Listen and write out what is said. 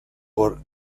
por